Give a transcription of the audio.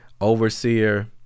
Overseer